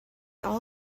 all